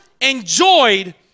enjoyed